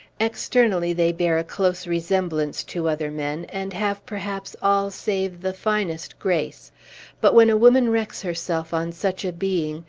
externally they bear a close resemblance to other men, and have perhaps all save the finest grace but when a woman wrecks herself on such a being,